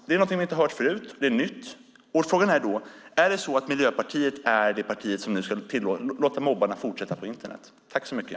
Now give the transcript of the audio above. Det är någonting vi inte har hört förut. Det är nytt. Frågan är då: Är Miljöpartiet det parti som nu ska låta mobbarna fortsätta på Internet?